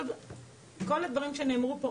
כל הדברים שנאמרו פה,